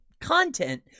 content